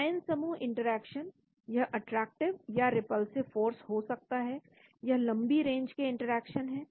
ion समूह interaction यह attractive या रिपल्सिव फोर्स हो सकता है यह लंबी रेंज के इंटरेक्शन है